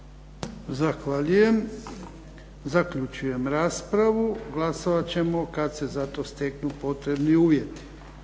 Zaključujem raspravu. Glasovat ćemo kad se za to steknu potrebni uvjeti.